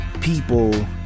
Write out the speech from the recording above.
people